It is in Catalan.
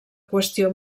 qüestió